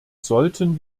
sollten